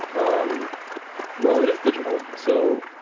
um well, it is digital. so